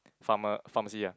Pharma~ Pharmacy ah